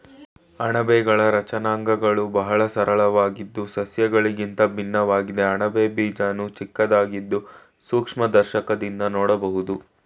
ಅಣಬೆಗಳ ರಚನಾಂಗಗಳು ಬಹಳ ಸರಳವಾಗಿದ್ದು ಸಸ್ಯಗಳಿಗಿಂತ ಭಿನ್ನವಾಗಿದೆ ಅಣಬೆ ಬೀಜಾಣು ಚಿಕ್ಕದಾಗಿದ್ದು ಸೂಕ್ಷ್ಮದರ್ಶಕದಿಂದ ನೋಡ್ಬೋದು